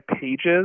pages